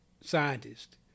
scientist